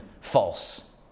false